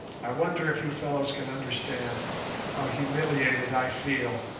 i wonder if you fellows can understand how humiliated i feel,